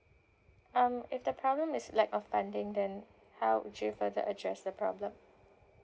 um if the problem is lack of funding then how would you further address the problem